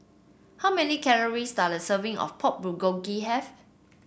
how many calories does a serving of Pork Bulgogi have